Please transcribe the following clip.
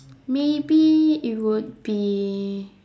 maybe it would be